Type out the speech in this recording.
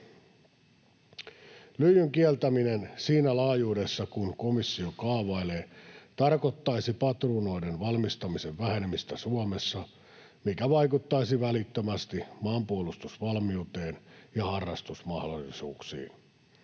Lyijyn kieltäminen siinä laajuudessa kuin komissio kaavailee tarkoittaisi patruunoiden valmistamisen vähenemistä Suomessa, mikä vaikuttaisi välittömästi maanpuolustusvalmiuteen ja harrastusmahdollisuuksiin.